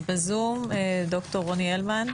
בזום, ד"ר רוני הלמן,